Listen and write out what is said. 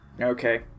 Okay